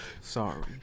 Sorry